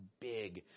big